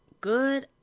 good